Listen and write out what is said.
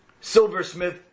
silversmith